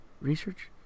research